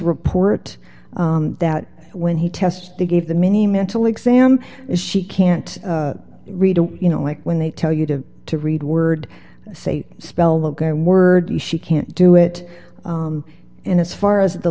report that when he test they gave the many mental exam and she can't read or you know like when they tell you to to read word say spell the word she can't do it and as far as the